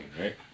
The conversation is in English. right